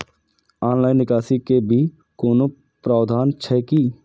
Online निकासी के भी कोनो प्रावधान छै की?